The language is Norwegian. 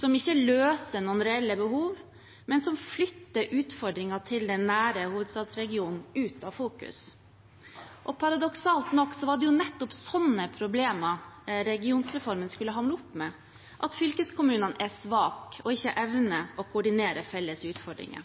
som ikke løser noen reelle behov, men som flytter utfordringene til den nære hovedstadsregionen ut av fokus. Paradoksalt nok var det nettopp slike problemer regionreformen skulle hamle opp med: at fylkeskommunene er svake og ikke evner å koordinere felles utfordringer.